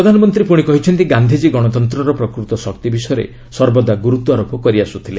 ପ୍ରଧାନମନ୍ତ୍ରୀ ପୁଣି କହିଛନ୍ତି ଗାାନ୍ଧିଜୀ ଗଣତନ୍ତର ପ୍ରକୃତ ଶକ୍ତି ବିଷୟରେ ସର୍ବଦା ଗୁରୁତ୍ୱାରୋପ କରିଆସୁଥିଲେ